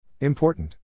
Important